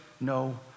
no